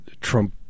Trump